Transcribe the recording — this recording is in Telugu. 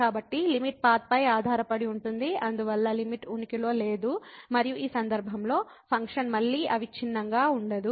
కాబట్టి లిమిట్ పాత్ పై ఆధారపడి ఉంటుంది అందువల్ల లిమిట్ ఉనికిలో లేదు మరియు ఈ సందర్భంలో ఫంక్షన్ మళ్లీ అవిచ్ఛిన్నంగా ఉండదు